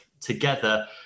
together